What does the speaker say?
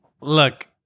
look